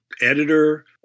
editor